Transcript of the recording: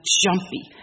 jumpy